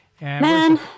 Man